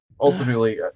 Ultimately